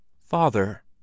Father